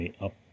up